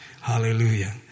Hallelujah